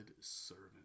servant